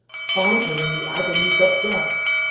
found him in the agonies of death